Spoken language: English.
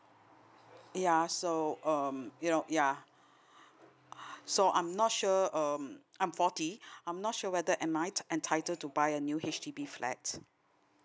ya so um you know yeah so I'm not sure um I'm forty I'm not sure whether am I entitled to buy a new H_D_B flat